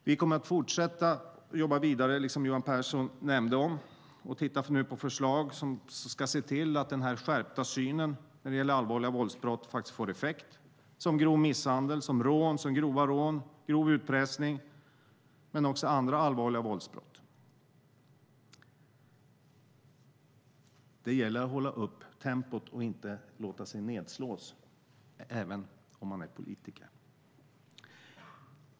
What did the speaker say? Vi kommer att fortsätta att jobba vidare, som Johan Pehrson nämnde. Vi tittar nu på förslag som ska se till att den skärpta synen när det gäller allvarliga våldsbrott faktiskt får effekt. Det gäller brott som grov misshandel, grova rån, grov utpressning och andra allvarliga våldsbrott. Det gäller att hålla tempot uppe och inte låta sig nedslås, även om man är politiker.